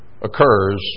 occurs